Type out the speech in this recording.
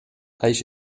ijs